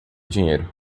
dinheiro